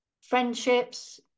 friendships